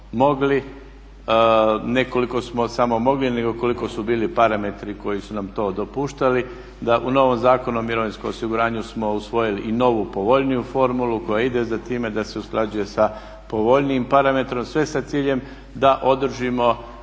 Ne koliko smo samo mogli nego koliko su bili parametri koji su nam to dopuštali da u novom Zakonu o mirovinskom osiguranju smo usvojili i novu povoljniju formulu koja ide za time da se usklađuje sa povoljnijim parametrom sve sa ciljem da održimo